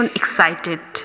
excited